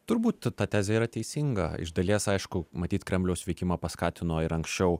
turbūt ta tezė yra teisinga iš dalies aišku matyt kremliaus veikimą paskatino ir anksčiau